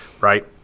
Right